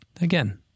again